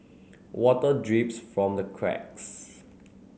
water drips from the cracks